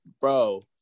bro